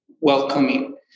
welcoming